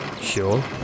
Sure